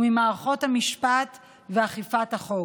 וממערכות המשפט ואכיפת החוק.